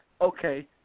Okay